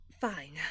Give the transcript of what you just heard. fine